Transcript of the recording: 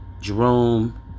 Jerome